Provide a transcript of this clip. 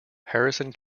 harrison